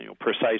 precise